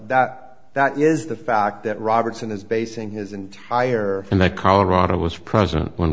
that that is the fact that robertson is basing his entire in that colorado was present when